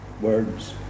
Words